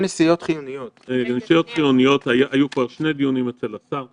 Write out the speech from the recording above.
אבל גם נסיעות חיוניות על נסיעות חיוניות היו כבר שני דיונים אצל השר,